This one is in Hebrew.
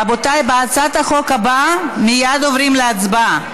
רבותיי, בהצעת החוק הבאה מייד עוברים להצבעה.